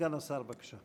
סגן השר, בבקשה.